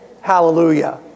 Hallelujah